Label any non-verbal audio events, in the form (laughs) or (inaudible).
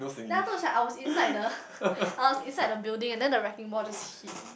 ya afterwards right I was inside the (laughs) I was inside the building and then the wrecking ball just hit